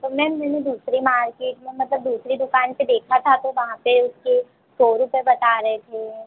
तो मैम मैंने दूसरी मार्किट में मतलब दूसरी दुकान पर देखा था तो वहाँ पर उसके सौ रुपये बता रहे थे